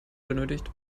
benötigt